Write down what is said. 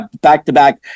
back-to-back